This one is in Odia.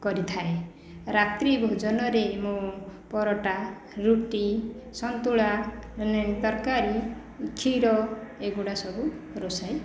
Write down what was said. କରିଥାଏ ରାତ୍ରି ଭୋଜନରେ ମୁଁ ପରଟା ରୁଟି ସନ୍ତୁଳା ତରକାରୀ କ୍ଷୀର ଏଗୁଡ଼ାକ ସବୁ ରୋଷାଇ କରିଥାଏ